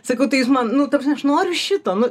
sakau tai jūs man nu ta prasme aš noriu šito nu